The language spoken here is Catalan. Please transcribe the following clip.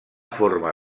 forma